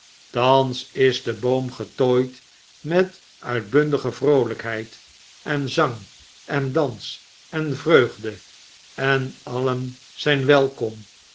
thans is de boom getooid met uitbundige vroolykheid en zang en dans en vreugde en alien zyn welkom